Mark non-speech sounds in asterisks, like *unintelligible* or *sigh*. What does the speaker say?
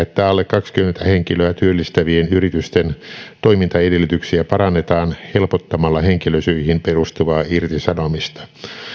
*unintelligible* että alle kaksikymmentä henkilöä työllistävien yritysten toimintaedellytyksiä parannetaan helpottamalla henkilösyihin perustuvaa irtisanomista